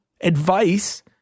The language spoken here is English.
advice